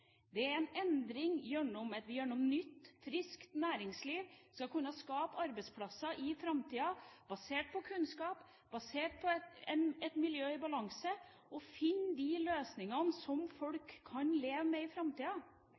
Det er en endring gjennom at vi gjør noe nytt. Friskt næringsliv skal kunne skape arbeidsplasser i framtida – basert på kunnskap, basert på et miljø i balanse. Finn de løsningene som folk kan leve med i framtida!